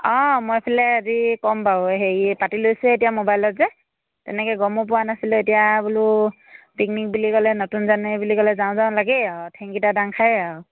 অঁ মই এইফালে আজি ক'ম বাৰু হেৰি এই পাতি লৈছোঁ এতিয়া মোবাইলত যে তেনেকৈ গমো পোৱা নাছিলোঁ এতিয়া বোলো পিকনিক বুলি ক'লে নতুন জানুৱাৰী বুলি ক'লে যাওঁ যাওঁ লাগেই আৰু ঠেংকেইটা দাং খায়ে আৰু